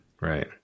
Right